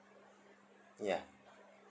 ya